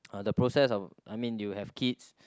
the process of I mean you have kids